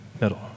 middle